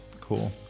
Cool